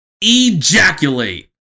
ejaculate